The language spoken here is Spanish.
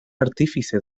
artífice